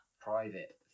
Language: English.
private